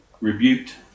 rebuked